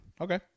Okay